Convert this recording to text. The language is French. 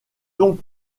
donc